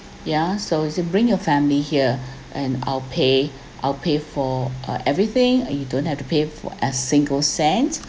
ya so he say bring your family here and I will pay I will pay for uh everything uh you don't have to pay for a single cent